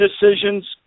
decisions